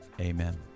amen